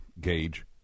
gauge